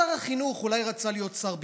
שר החינוך אולי רצה להיות שר ביטחון,